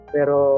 Pero